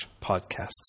podcasts